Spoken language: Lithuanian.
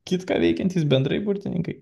kitką veikiantys bendrai burtininkai